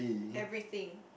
everything